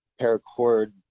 Paracord